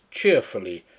cheerfully